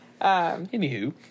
Anywho